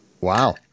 Wow